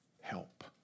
Help